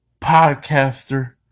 Podcaster